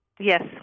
Yes